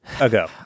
ago